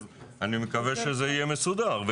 אז אני מקווה שזה יהיה מסודר.